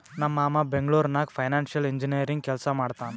ನಮ್ ಮಾಮಾ ಬೆಂಗ್ಳೂರ್ ನಾಗ್ ಫೈನಾನ್ಸಿಯಲ್ ಇಂಜಿನಿಯರಿಂಗ್ ಕೆಲ್ಸಾ ಮಾಡ್ತಾನ್